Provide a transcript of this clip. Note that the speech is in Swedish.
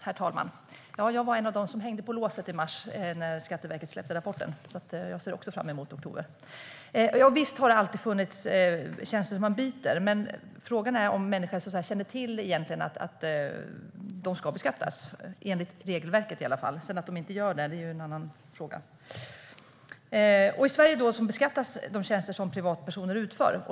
Herr talman! Jag var en av dem som hängde på låset när Skatteverket släppte rapporten i mars, så jag ser också fram emot oktober. Visst har det alltid funnits tjänster som man byter. Men frågan är om människor egentligen känner till att de ska beskattas enligt regelverket. I Sverige beskattas de tjänster som privatpersoner utför.